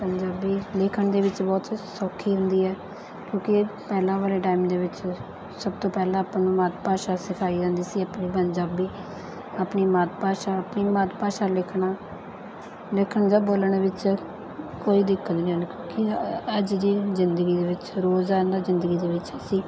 ਪੰਜਾਬੀ ਲਿਖਣ ਦੇ ਵਿੱਚ ਬਹੁਤ ਸੌਖੀ ਹੁੰਦੀ ਹੈ ਕਿਉਂਕਿ ਇਹ ਪਹਿਲਾਂ ਵਾਲੇ ਟਾਈਮ ਦੇ ਵਿੱਚ ਸਭ ਤੋਂ ਪਹਿਲਾਂ ਆਪਾਂ ਨੂੰ ਮਾਤ ਭਾਸ਼ਾ ਸਿਖਾਈ ਜਾਂਦੀ ਸੀ ਆਪਣੀ ਪੰਜਾਬੀ ਆਪਣੀ ਮਾਤ ਭਾਸ਼ਾ ਆਪਣੀ ਮਾਤ ਭਾਸ਼ਾ ਲਿਖਣਾ ਲਿਖਣ ਜਾਂ ਬੋਲਣ ਵਿੱਚ ਕੋਈ ਦਿੱਕਤ ਨਹੀਂ ਆਉਂਦੀ ਕਿਉਂਕਿ ਅੱਜ ਦੀ ਜ਼ਿੰਦਗੀ ਦੇ ਵਿੱਚ ਰੋਜ਼ਾਨਾ ਜ਼ਿੰਦਗੀ ਦੇ ਵਿੱਚ ਅਸੀਂ